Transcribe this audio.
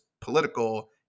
political